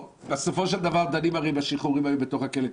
בסופו של דבר הרי דנים בשחרורים האלה בתוך הכלא,